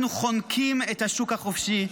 אנחנו חונקים את השוק החופשי,